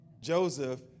Joseph